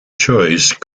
choice